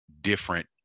different